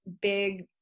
big